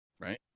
right